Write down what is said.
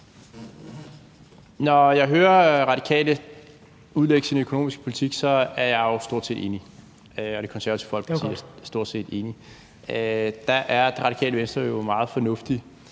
Når jeg hører Radikale udlægge den økonomiske politik, er jeg jo stort set enig, og Det Konservative Folkeparti er stort set enige. Der er Radikale Venstre jo meget fornuftige: